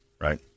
Right